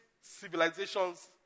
civilizations